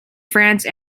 france